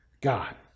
God